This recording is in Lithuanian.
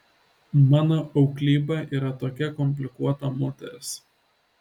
mano auklyba yra tokia komplikuota moteris